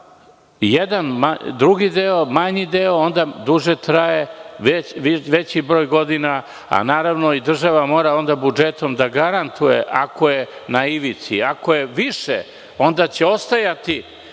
drugi deo, manji deo, onda duže traje, veći broj godina, a onda i država mora budžetom da garantuje ako je na ivici. Ako je više, onda će ostajati